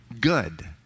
good